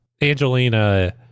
Angelina